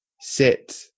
sit